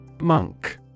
Monk